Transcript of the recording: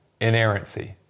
Inerrancy